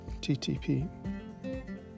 TTP